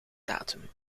datum